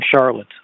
Charlotte